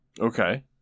Okay